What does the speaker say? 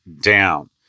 down